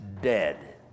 dead